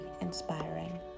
inspiring